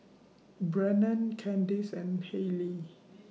Brennon Kandice and Hayleigh